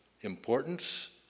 importance